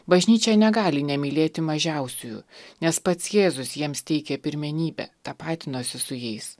bažnyčia negali nemylėti mažiausiųjų nes pats jėzus jiems teikė pirmenybę tapatinosi su jais